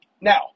Now